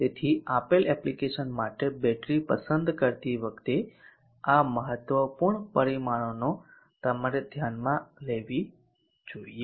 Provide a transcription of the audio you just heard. તેથી આપેલ એપ્લિકેશન માટે બેટરી પસંદ કરતી વખતે આ મહત્વપૂર્ણ પરિમાણોનો તમારે ધ્યાનમાં લેવી જોઈએ